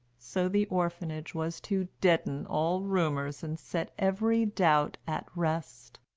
so the orphanage was to deaden all rumours and set every doubt at rest.